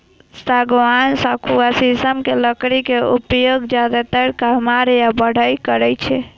सागवान, सखुआ, शीशम के लकड़ी के उपयोग जादेतर कमार या बढ़इ करै छै